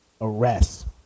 arrest